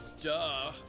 Duh